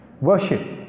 worship